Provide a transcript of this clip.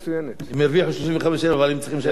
הם הרוויחו 35,000 אבל הם צריכים לשלם מיליונים אחר כך.